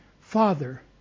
father